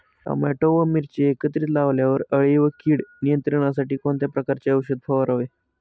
Tomato व मिरची एकत्रित लावल्यावर अळी व कीड नियंत्रणासाठी कोणत्या प्रकारचे औषध फवारावे?